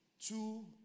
two